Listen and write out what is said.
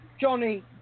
Johnny